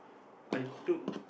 I took